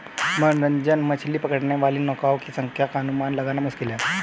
मनोरंजक मछली पकड़ने वाली नौकाओं की संख्या का अनुमान लगाना मुश्किल है